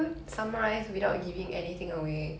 the entire movie is just her being super strong lah